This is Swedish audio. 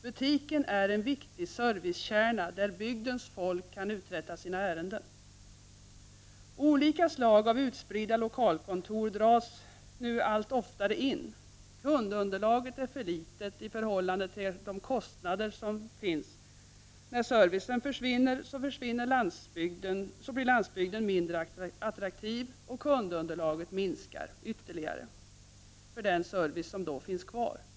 Butiken är en viktig servicekärna där bygdens folk kan uträtta sina ärenden. Olika slag av utspridda lokalkontor dras dock allt oftare in. Kundunderlaget är för litet i förhållande till kostnaderna, och när servicen försvinner så blir landsbygden mindre attraktiv och kundunderlaget minskar ytterligare för den service som finns kvar.